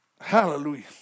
Hallelujah